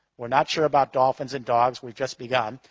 we're not sure about dolphins and dogs, we've just begun.